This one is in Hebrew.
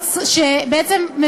שבעצם,